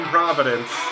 Providence